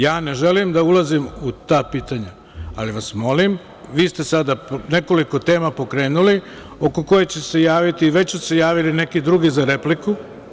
Ja ne želim da ulazim u ta pitanja, ali vas molim, vi ste sada nekoliko tema pokrenuli oko kojih će se javiti, i već su se javili neki drugi za repliku.